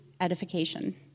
edification